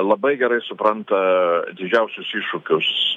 labai gerai supranta didžiausius iššūkius